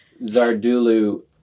Zardulu